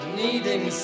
needing